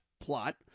plot